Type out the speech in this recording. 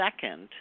second